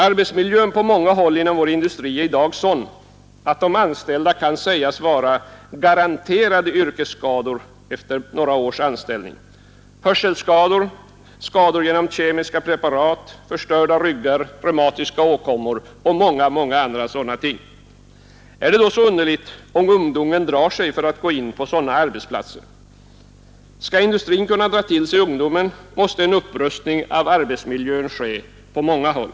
Arbetsmiljön på många håll inom vår industri är i dag sådan, att de anställda kan sägas vara garanterade yrkesskador efter några års anställning: hörselskador, skador genom kemiska preparat, förstörda ryggar, reumatiska åkommor och mycket annat. Är det så underligt att ungdomarna drar sig för att gå in på sådana arbetsplatser? Skall industrin kunna dra till sig ungdomen, så måste en upprustning av arbetsmiljön ske på många håll.